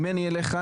ממני אליך,